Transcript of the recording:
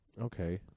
okay